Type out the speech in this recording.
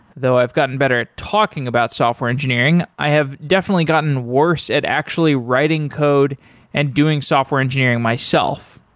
though i've gotten better at talking about software engineering, i have definitely gotten worse at actually writing code and doing software engineering myself.